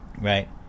right